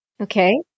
Okay